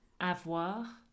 Avoir